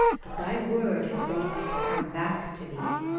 but thy word has brought me to come back to thee.